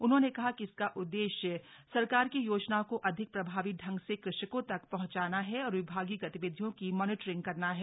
उन्होंने कहा कि इसका उद्देश्य सरकार की योजनाओं को अधिक प्रभावी ढंग से कृषकों तक पंहचाना है और विभागीय गतिविधियों की मॉनिटरिंग करना है